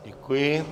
Děkuji.